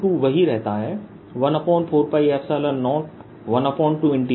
W2 वही रहता है 14π0122rV2rdV122rV2surfacerds